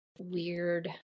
weird